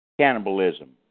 Cannibalism